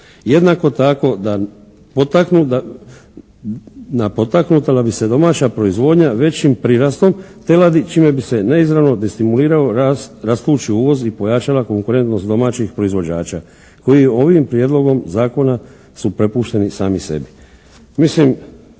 Jednako tako da potaknu da bi se domaća proizvodnja većim prirastom teladi čime bi se neizravno destimulirao rast, rastući uvoz i pojačana konkurentnost domaćih proizvođača, koji ovim prijedlogom zakona su prepušteni sami sebi.